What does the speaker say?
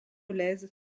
lez